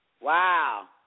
Wow